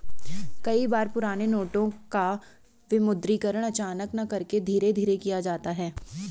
कई बार पुराने नोटों का विमुद्रीकरण अचानक न करके धीरे धीरे किया जाता है